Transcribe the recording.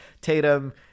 Tatum